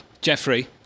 Jeffrey